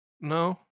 No